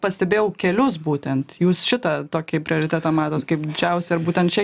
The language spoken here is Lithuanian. pastebėjau kelius būtent jūs šitą tokį prioritetą matot kaip didžiausią būtent čia